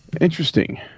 Interesting